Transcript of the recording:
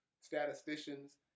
statisticians